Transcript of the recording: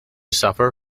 suffer